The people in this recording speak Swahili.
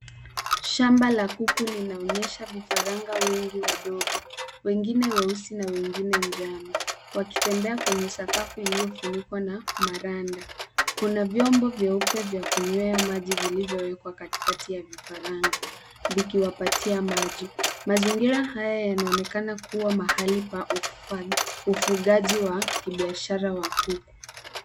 Shamba la kuku linaonyesha vifaranga wengi wadogo. Wengine wengine weusi na wengine njano wakitembea kwenye sakafu iliyofunikwa na maranda. Kuna vyombo vyeupe vya kunywea maji vilivyowekwa katikati ya vifaranga vikiwapatia maji. Mazingira haya yanaonekana kuwa mahali pa ufugaji wa kibiashara wa kuku.